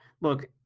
Look